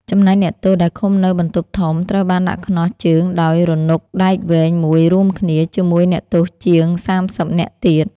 ចំណែកអ្នកទោសដែលឃុំនៅបន្ទប់ធំត្រូវបានដាក់ខ្ចោះជើងដោយរនុកដែកវែងមួយរួមគ្នា ជាមួយអ្នកទោសជាង សាមសិបនាក់ទៀត។